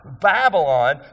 Babylon